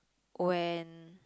when